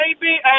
baby